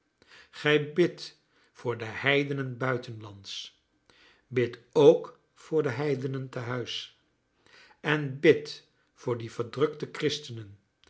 gij bidt voor de heidenen buitenlands bidt ook voor de heidenen tehuis en bidt voor die verdrukte christenen